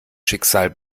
schicksal